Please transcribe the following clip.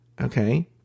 okay